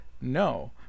No